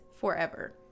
forever